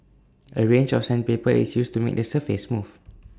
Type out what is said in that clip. A range of sandpaper is used to make the surface smooth